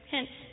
Hence